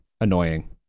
annoying